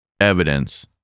evidence